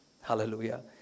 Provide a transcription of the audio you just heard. Hallelujah